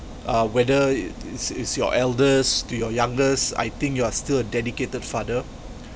uh whether it's it's your eldest to your youngest I think you are still a dedicated father